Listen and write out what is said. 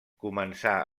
començà